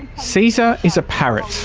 caesar is a parrot.